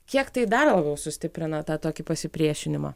kiek tai dar labiau sustiprina tą tokį pasipriešinimą